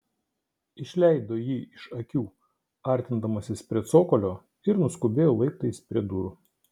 išleido jį iš akių artindamasis prie cokolio ir nuskubėjo laiptais prie durų